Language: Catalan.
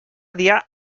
dia